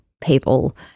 people